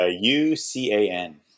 U-C-A-N